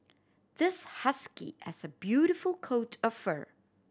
this husky has a beautiful coat of fur